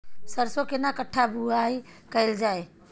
सरसो केना कट्ठा बुआई कैल जाय?